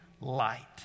light